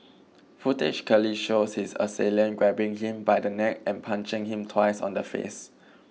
footage clearly shows his assailant grabbing him by the neck and punching him twice on the face